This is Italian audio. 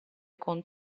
con